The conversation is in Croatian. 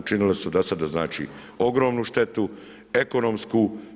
Učinili su do sada znači ogromnu štetu, ekonomsku.